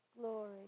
Glory